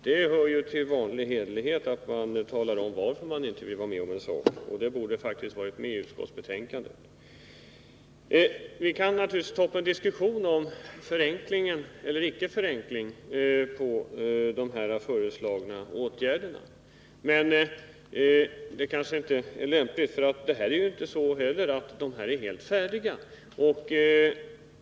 Det hör ju till vanlig hederlighet att man talar om varför man inte vill vara med om en sak, och en motivering borde faktiskt Förenklat deklaha lämnats i utskottsbetänkandet. Vi skulle naturligtvis kunna ta upp en diskussion om huruvida de föreslagna åtgärderna innebär en förenkling eller inte, men det kanske inte är lämpligt just nu, eftersom frågan om en progressiv statskommunal enhetsskatt inte är färdigbehandlad.